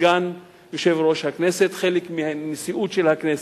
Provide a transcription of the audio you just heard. כסגן יושב-ראש הכנסת וחלק מהנשיאות של הכנסת,